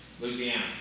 Louisiana